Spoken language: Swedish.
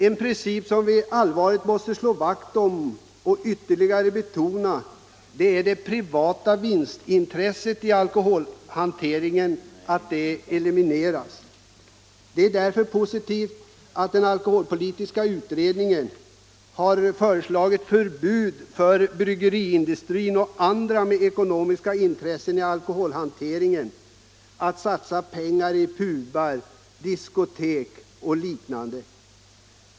En princip som vi allvarligt måste slå vakt om och ytterligare betona är att det privata vinstintresset i alkoholhanteringen elimineras. Det är därför positivt att den alkoholpolitiska utredningen har föreslagit ett förbud för bryggeriindustrin och andra med ekonomiska intressen i alkoholhanteringen att satsa pengar i pubar, diskotek och liknande.